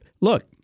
look